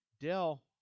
Dell